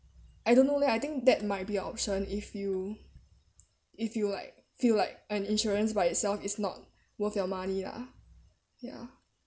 I don't know leh I think that might be an option if you if you like feel like an insurance by itself is not worth your money lah ya